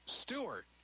Stewart